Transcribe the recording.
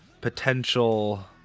potential